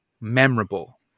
memorable